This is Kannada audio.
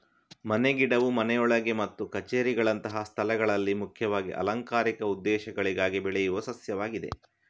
ಮನೆ ಗಿಡವು ಮನೆಯೊಳಗೆ ಮತ್ತು ಕಛೇರಿಗಳಂತಹ ಸ್ಥಳಗಳಲ್ಲಿ ಮುಖ್ಯವಾಗಿ ಅಲಂಕಾರಿಕ ಉದ್ದೇಶಗಳಿಗಾಗಿ ಬೆಳೆಯುವ ಸಸ್ಯವಾಗಿದೆ